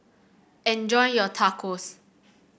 enjoy your Tacos